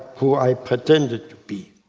who i pretended to be.